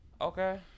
Okay